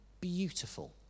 beautiful